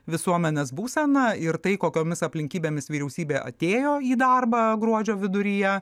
visuomenės būseną ir tai kokiomis aplinkybėmis vyriausybė atėjo į darbą gruodžio viduryje